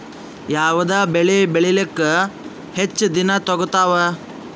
ಯಾವದ ಬೆಳಿ ಬೇಳಿಲಾಕ ಹೆಚ್ಚ ದಿನಾ ತೋಗತ್ತಾವ?